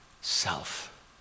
self